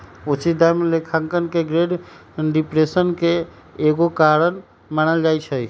उचित दाम लेखांकन के ग्रेट डिप्रेशन के एगो कारण मानल जाइ छइ